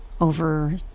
over